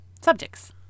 subjects